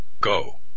go